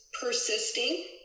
persisting